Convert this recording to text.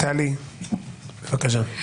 טלי, בבקשה.